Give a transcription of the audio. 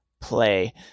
play